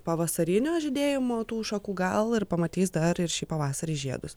pavasarinio žydėjimo tų šakų gal ir pamatys dar ir šį pavasarį žiedus